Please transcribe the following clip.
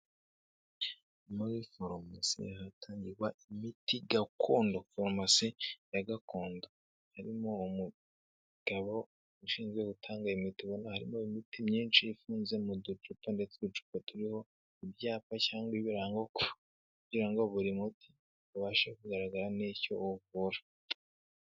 Muri faromasi hatangirwa imiti gakondo, farumasi ya gakondo harimo umugabo ushinzwe gutanga imiti, ubona harimo imiti myinshi ifunze mu ducupa ndetse uducupa turiho ibyapa cyangwa ibirango kugira ngo buri muti ubashe kugaragara n'icyo uvura.